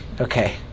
okay